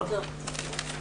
הישיבה ננעלה בשעה 10:56.